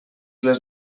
les